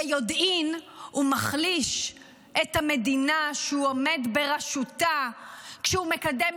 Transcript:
ביודעין הוא מחליש את המדינה שהוא עומד בראשה כשהוא מקדם,